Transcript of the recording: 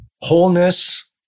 Wholeness